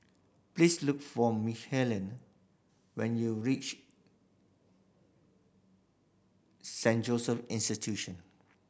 please look for Michelina when you reach Saint Joseph Institution